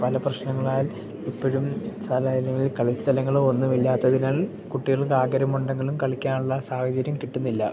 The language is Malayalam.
പല പ്രശ്നങ്ങളാൽ ഇപ്പോഴും സ്ഥലം അല്ലെങ്കിൽ കളിസ്ഥലങ്ങളോ ഒന്നുമില്ലാത്തതിനാൽ കുട്ടികൾക്ക് ആഗ്രഹമുണ്ടെങ്കിലും കളിക്കാനുള്ള സാഹചര്യം കിട്ടുന്നില്ല